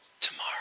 tomorrow